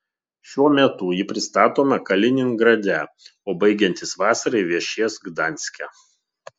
šiuo metu ji pristatoma kaliningrade o baigiantis vasarai viešės gdanske